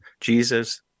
Jesus